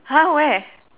!huh! where